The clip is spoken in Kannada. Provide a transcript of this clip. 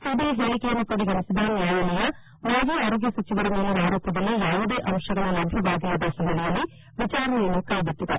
ಸಿಬಿಐ ಹೇಳಿಕೆಯನ್ನು ಪರಿಗಣಿಸಿದ ನ್ಯಾಯಾಲಯ ಮಾಜಿ ಆರೋಗ್ಯ ಸಚಿವರ ಮೇಲಿನ ಆರೋಪದಲ್ಲಿ ಯಾವುದೇ ಅಂಶಗಳು ಲಭ್ಯವಾಗಿಲ್ಲದ ಹಿನ್ನೆಲೆಯಲ್ಲಿ ವಿಚಾರಣೆಯನ್ನು ಕ್ಷೆಬಿಟ್ಟಿದೆ